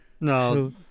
No